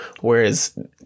whereas